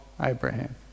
Abraham